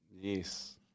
Yes